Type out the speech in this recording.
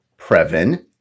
Previn